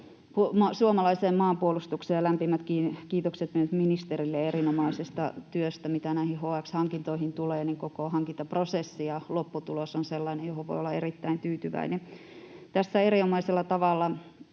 suomalaiseen maanpuolustukseen, ja lämpimät kiitokset myös ministerille erinomaisesta työstä. Mitä näihin HX-hankintoihin tulee, koko hankintaprosessi ja lopputulos ovat sellaisia, joihin voi olla erittäin tyytyväinen. Tässä erinomaisella tavalla